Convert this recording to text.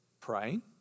Praying